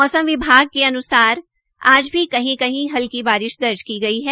मौसम विभाग के अन्सार आज कही कही हल्की बारिश दर्ज की गई है